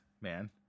man